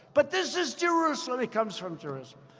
but this is jerusalem. it comes from jerusalem.